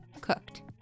cooked